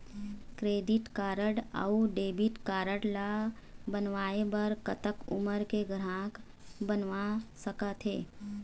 Credit card अऊ debit card ला बनवाए बर कतक उमर के ग्राहक बनवा सका थे?